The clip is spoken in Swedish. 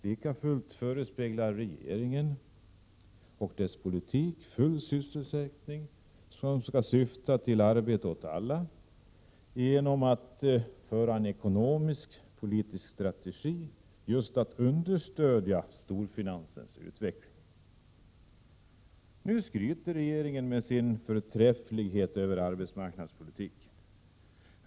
Lika fullt förespeglar regeringen i sin politik en inriktning på full sysselsättning och arbete åt alla, genom en ekonomisk-politisk strategi just för att understödja storfinansens utveckling. Nu skryter regeringen över sin förträfflighet i arbetsmarknadspolitiken.